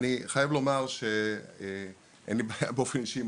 אני חייב לומר שאין לי בעיה באופן אישי עם